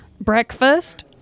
breakfast